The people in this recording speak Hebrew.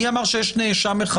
מי אמר שיש נאשם אחד?